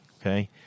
Okay